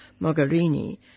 Mogherini